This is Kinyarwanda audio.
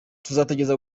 tuzagerageza